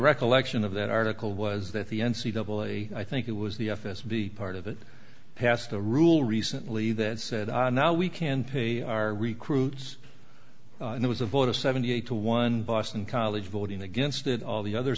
recollection of that article was that the n c double a i think it was the f s b part of it passed a rule recently that said i now we can pay our recruits and it was a vote of seventy eight to one boston college voting against it all the other